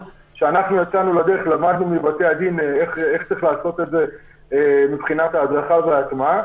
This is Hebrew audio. כשיצאנו לדרך למדנו מבתי-הדין איך לעשות את זה מבחינת ההדרכה וההטמעה.